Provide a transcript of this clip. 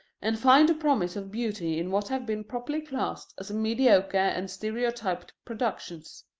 and find a promise of beauty in what have been properly classed as mediocre and stereotyped productions.